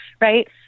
right